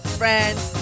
friends